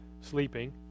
sleeping